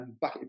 back